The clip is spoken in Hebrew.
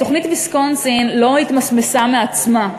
תוכנית ויסקונסין לא התמסמסה מעצמה.